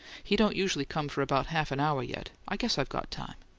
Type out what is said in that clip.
he don't usually come for about half an hour yet i guess i've got time.